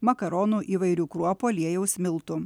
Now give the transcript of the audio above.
makaronų įvairių kruopų aliejaus miltų